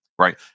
Right